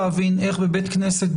איך בבית כנסת,